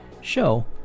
show